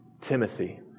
Timothy